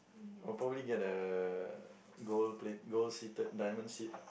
I'll probably get a gold plate gold seated diamond seat